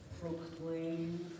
proclaim